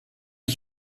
ich